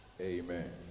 Amen